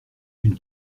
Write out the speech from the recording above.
une